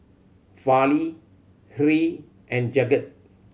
Fali Hri and Jagat